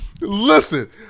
Listen